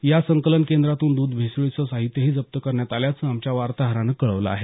या संकलन केंद्रातून द्ध भेसळीचं साहित्यही जप्त करण्यात आल्याचं आमच्या वार्ताहरानं कळवलं आहे